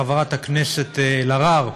חברת הכנסת אלהרר.